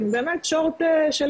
עם באמת שורט של